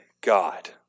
God